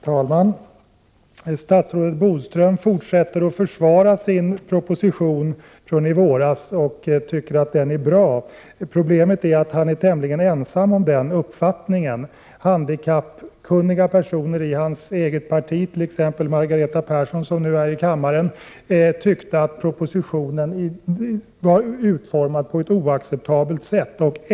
Herr talman! Statsrådet Bodström fortsätter att försvara sin proposition från i våras. Han tycker att den är bra. Problemet är att han är tämligen ensam om den uppfattningen. Handikappkunniga personer i hans eget parti, t.ex. Margareta Persson, som nu är i kammaren, tyckte att propositionen var utformad på ett oacceptabelt sätt.